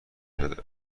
بده